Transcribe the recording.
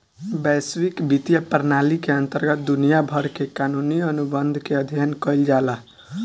बैसविक बित्तीय प्रनाली के अंतरगत दुनिया भर के कानूनी अनुबंध के अध्ययन कईल जाला